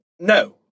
No